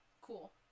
Cool